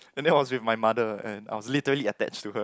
and that was with my mother and I was literally attached to her